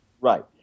Right